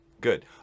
Good